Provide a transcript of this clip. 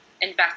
invest